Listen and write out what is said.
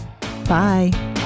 Bye